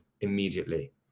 immediately